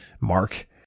Mark